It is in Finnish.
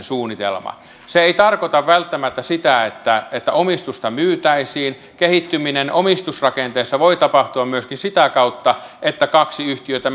suunnitelma se ei tarkoita välttämättä sitä että että omistusta myytäisiin kehittyminen omistusrakenteessa voi tapahtua myöskin sitä kautta että kaksi yhtiötä